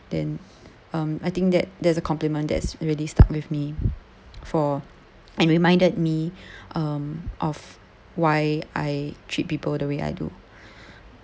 then um I think that that's the compliment that's really stuck with me for and reminded me um of why I treat people the way I do